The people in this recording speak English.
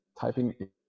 typing